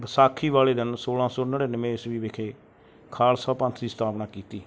ਵਿਸਾਖੀ ਵਾਲੇ ਦਿਨ ਸੋਲ੍ਹਾਂ ਸੋ ਨੜਿਨਵੇਂ ਈਸਵੀ ਵਿਖੇ ਖਾਲਸਾ ਪੰਥ ਦੀ ਸਥਾਪਨਾ ਕੀਤੀ